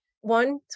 one